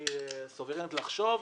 שהיא סוברנית לחשוב,